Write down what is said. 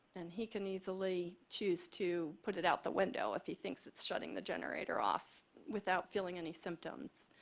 and he can easily choose to put it out the window if he thinks it's shutting the generator off without feeling any symptoms.